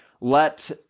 let